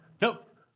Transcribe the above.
Nope